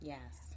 Yes